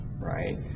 right